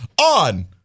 on